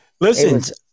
Listen